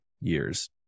years